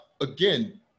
again